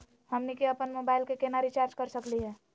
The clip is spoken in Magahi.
हमनी के अपन मोबाइल के केना रिचार्ज कर सकली हे?